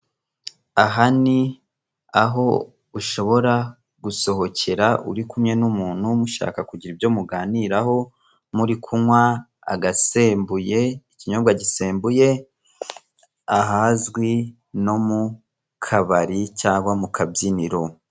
Aha ni aho ushobora gusohokera uri kumwe n'umuntu mushaka kugira ibyo muganiraho, muri kunywa agasembuye, ikinyobwa gisembuye, ahazwi no mukabari cyangwa mukabyiniro.